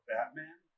Batman